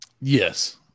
Yes